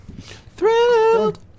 Thrilled